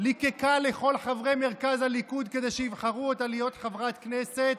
ליקקה לכל חברי מרכז הליכוד כדי שיבחרו אותה להיות חברת כנסת,